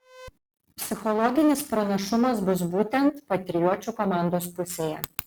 psichologinis pranašumas bus būtent patriočių komandos pusėje